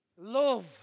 Love